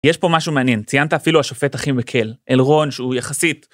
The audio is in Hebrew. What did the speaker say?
יש פה משהו מעניין, ציינת אפילו השופט הכי מקל, אלרון שהוא יחסית